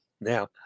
Now